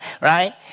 Right